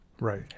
Right